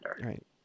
right